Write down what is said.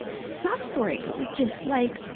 ah suffering! just like,